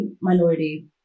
minority